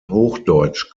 hochdeutsch